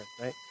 right